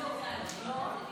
מיסוי תשלומים